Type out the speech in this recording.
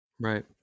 Right